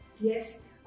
yes